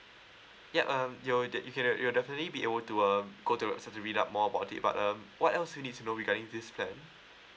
ya um you're de~ you can you will definitely be able to uh go to website to read up more about it but um what else you need to know regarding this plan